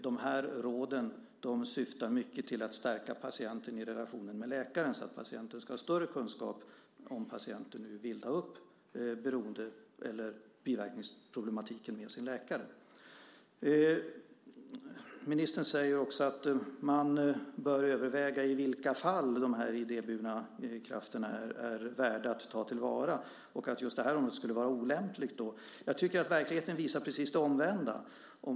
De här råden syftar mycket till att stärka patienten i relationen med läkaren, så att patienten ska ha större kunskap, om patienten nu vill ta upp beroende eller biverkningsproblematiken med sin läkare. Ministern säger också att man bör överväga i vilka fall de idéburna krafterna är värda att ta till vara och att just det här området då skulle vara olämpligt. Jag tycker att verkligheten visar precis det omvända.